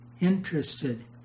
interested